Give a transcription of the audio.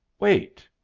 wait,